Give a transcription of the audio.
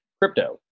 crypto